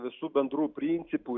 visų bendrų principų